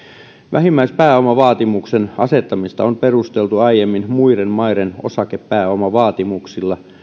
vähimmäispääomavaatimuksen asettamista on perusteltu aiemmin muiden maiden osakepääomavaatimuksilla